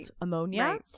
ammonia